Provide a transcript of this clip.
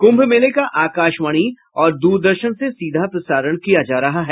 कुम्भ मेले का आकाशवाणी और द्रदर्शन से सीधा प्रसारण किया जा रहा है